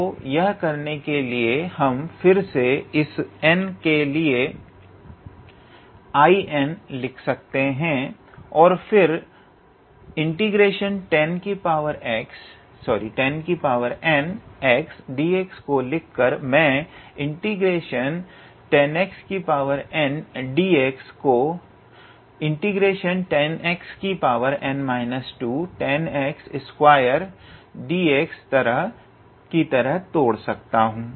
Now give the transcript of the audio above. तो यह करने के लिए हम फिर से इस n के लिए 𝐼𝑛 लिख सकते हैं और फिर ∫𝑡𝑎𝑛n𝑥𝑑𝑥 को लिखकर मैं ∫𝑡𝑎𝑛n𝑥𝑑𝑥 को ∫𝑡𝑎𝑛n 2𝑥𝑡𝑎𝑛2𝑥𝑑𝑥 तरह तोड़ सकता हूँ